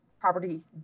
property